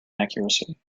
accuracy